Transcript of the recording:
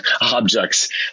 objects